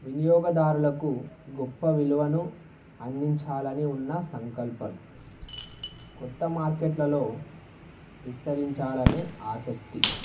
వినియోగదారులకు గొప్ప విలువను అందించాలని ఉన్న సంకల్పను కొత్త మార్కెట్లలో విస్తరించాలనే ఆసక్తి